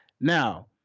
Now